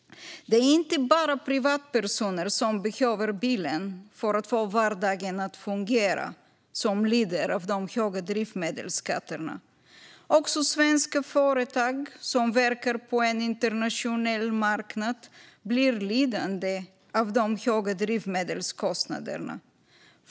Det är inte bara privatpersoner som behöver bilen för att få vardagen att fungera som lider av de höga drivmedelsskatterna. Också svenska företag som verkar på en internationell marknad blir lidande av de höga drivmedelskostnaderna.